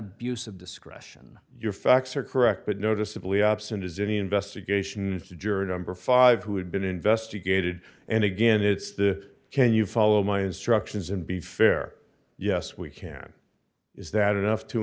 of discretion your facts are correct but noticeably absent as any investigation into juror number five who had been investigated and again it's the can you follow my instructions and be fair yes we can is that enough to